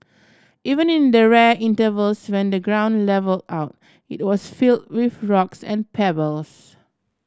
even in the rare intervals when the ground level out it was fill with rocks and pebbles